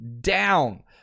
down